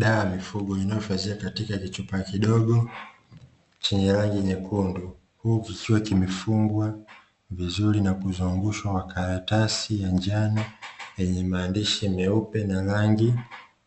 Dawa ya mifugo inayohifadhiwa katika kichupa kidogo, chenye rangi nyekundu, huku kikiwa kimefungwa vizuri na kuzungushwa kwa karatasi ya njano yenye maandishi meupe na rangi